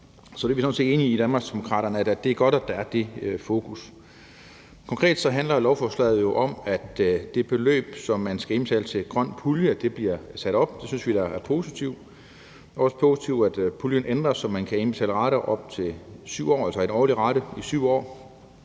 Så vi er sådan set enige i i Danmarksdemokraterne, at det er godt, at der er det fokus. Konkret handler lovforslaget om, at det beløb, man skal indbetale til en grøn pulje, bliver sat op. Det synes vi er positivt. Det er også positivt, at puljen ændres, så man kan indbetale rater i op til 7 år, altså en årlig rate i 7 år,